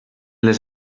les